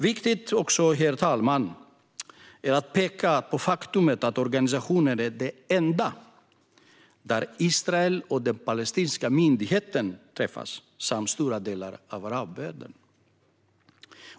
Viktigt att peka på också, herr talman, är det faktum att organisationen är den enda där Israel och den palestinska myndigheten träffas samt stora delar av arabvärlden.